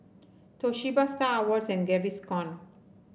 Toshiba Star Awards and Gaviscon